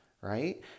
right